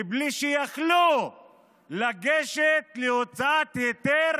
מבלי שיכלו לגשת להוצאת היתר,